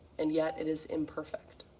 and yet it is imperfect.